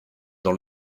dans